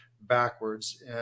backwards